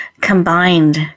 combined